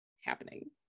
happening